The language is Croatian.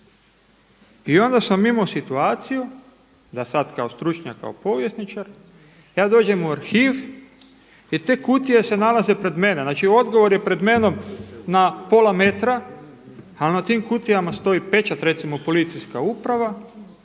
I onda sam imao situaciju da sada kao stručnjak, kao povjesničar ja dođem u arhiv i te kutije se nalaze pred menom, znači odgovor je pred menom na pola metra, ali na tim kutijama stoji pečat recimo policijska uprava